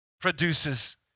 produces